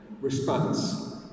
response